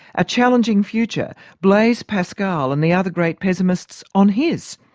a challenging future, blaise pascal and the other great pessimists on his.